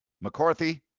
McCarthy